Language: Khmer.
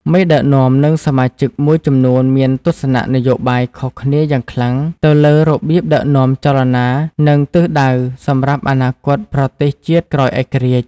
មេដឹកនាំ និងសមាជិកមួយចំនួនមានទស្សនៈនយោបាយខុសគ្នាយ៉ាងខ្លាំងទៅលើរបៀបដឹកនាំចលនា និងទិសដៅសម្រាប់អនាគតប្រទេសជាតិក្រោយឯករាជ្យ។